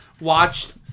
watched